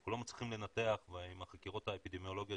אנחנו לא מצליחים לנתח ועם החקירות האפידמיולוגיות